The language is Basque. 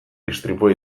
istripua